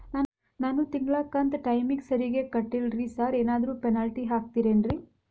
ನಾನು ತಿಂಗ್ಳ ಕಂತ್ ಟೈಮಿಗ್ ಸರಿಗೆ ಕಟ್ಟಿಲ್ರಿ ಸಾರ್ ಏನಾದ್ರು ಪೆನಾಲ್ಟಿ ಹಾಕ್ತಿರೆನ್ರಿ?